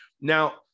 Now